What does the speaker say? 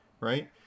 right